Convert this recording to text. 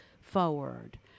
forward